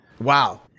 Wow